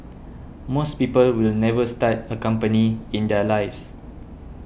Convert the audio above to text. most people will never start a company in their lives